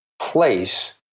place